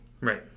Right